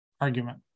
argument